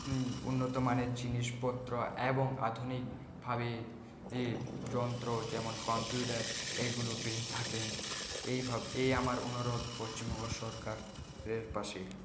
উন্নতমানের জিনিসপত্র এবং আধুনিকভাবে যন্ত্র যেমন কম্পিউটার এইগুলো পেয়ে থাকেন এইভাবে এই আমার অনুরোধ পশ্চিমবঙ্গ সরকারের পাশে